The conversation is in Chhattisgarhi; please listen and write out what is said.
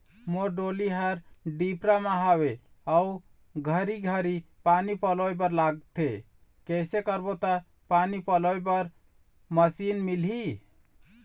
मोर डोली हर डिपरा म हावे अऊ घरी घरी पानी पलोए बर लगथे कैसे करबो त पानी पलोए बर मशीन मिलही?